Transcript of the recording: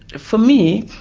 for me,